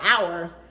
hour